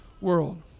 world